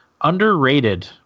underrated